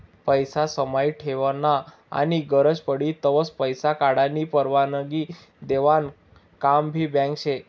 पैसा समाई ठेवानं आनी गरज पडी तव्हय पैसा काढानी परवानगी देवानं काम भी बँक शे